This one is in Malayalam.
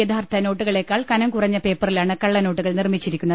യഥാർഥ നോട്ടുകളെക്കാൾ കനം കുറഞ്ഞ പേപ്പറിലാണ് കള്ളനോട്ടുകൾ നിർമിച്ചിരിക്കുന്നത്